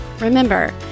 Remember